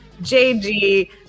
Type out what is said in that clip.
JG